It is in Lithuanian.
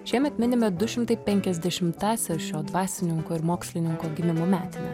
šiemet minime du šimtai penkiasdešimtąsias šio dvasininko ir mokslininko gimimo metines